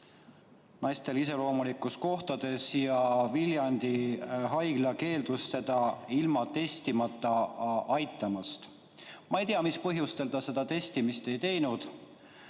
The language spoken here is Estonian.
naistele iseloomulikes kohtades ja Viljandi Haigla keeldus teda ilma testimata aitamast. Ma ei tea, mis põhjusel ta testi ei teinud,